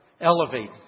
elevated